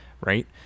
right